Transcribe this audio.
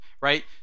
right